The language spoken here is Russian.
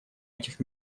этих